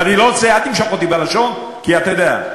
ואני לא רוצה, אל תמשוך אותי בלשון כי אתה יודע,